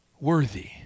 Worthy